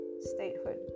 statehood